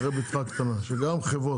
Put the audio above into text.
שגם חברות,